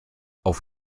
auf